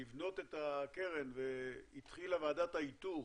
לבנות את הקרן והתחילה ועדת האיתור